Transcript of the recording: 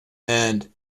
and